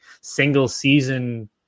single-season